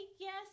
yes